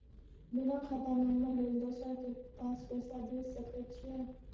बिना खाता नंबर लेल दोसर के पास पैसा भेज सके छीए?